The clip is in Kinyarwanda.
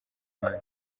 imana